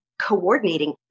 coordinating